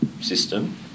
system